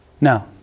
Now